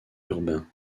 urbain